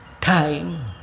time